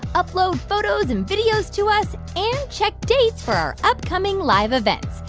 upload photos and videos to us and check dates for our upcoming live events.